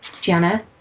Gianna